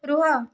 ରୁହ